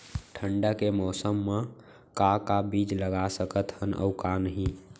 ठंडा के मौसम मा का का बीज लगा सकत हन अऊ का नही?